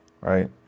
right